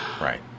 Right